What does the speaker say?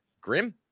grim